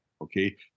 okay